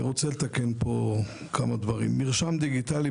אני רוצה לתקן פה כמה דברים: מרשם דיגיטלי,